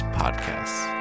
podcasts